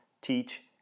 teach